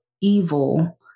evil